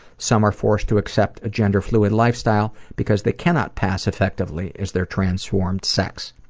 some are forced to accept a gender fluid lifestyle because they cannot pass effectively as their transformed sex.